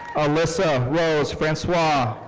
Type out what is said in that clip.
alyssa rose francois.